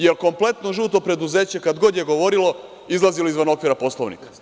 Jel kompletno žuto preduzeće kad god je govorilo, izlazilo je izvan okvira Poslovnika?